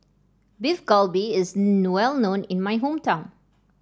Beef Galbi is well known in my hometown